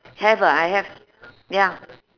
have lah I have ya